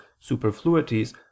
superfluities